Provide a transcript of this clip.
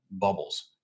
bubbles